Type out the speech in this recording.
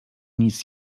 nic